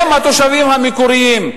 הם התושבים המקוריים.